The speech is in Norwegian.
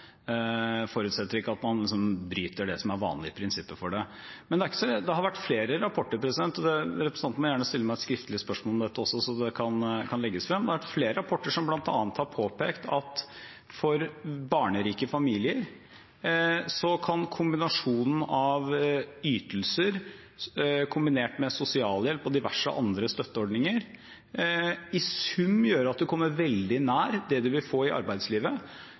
forutsetter ikke at man bryter det som er vanlige prinsipper for det. Men det har vært flere rapporter – og representanten må gjerne stille meg et skriftlig spørsmål om dette også, så det kan legges frem – som bl.a. har påpekt at for barnerike familier kan kombinasjonen av ytelser kombinert med sosialhjelp og diverse andre støtteordninger i sum gjøre at man kommer veldig nær det man vil få i arbeidslivet,